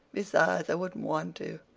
besides i wouldn't want to.